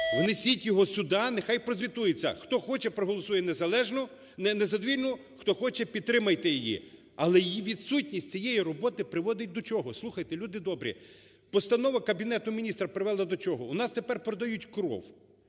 Внесіть його сюди, нехай прозвітується. Хто хоче, проголосує незалежно… незадовільно, хто хоче, підтримайте її. Але її відсутність, цієї роботи приводить до чого? Слухайте, люди добрі, постанова Кабінету Міністрів привела до чого? У нас тепер продають кров,